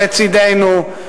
לצדנו.